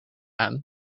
aan